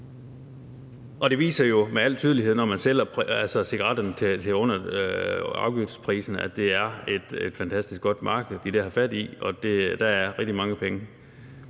Det viser jo med al tydelighed, at når man sælger cigaretterne til under afgiftsprisen, er det et fantastisk godt marked, de her har fat i, og der er rigtig mange penge.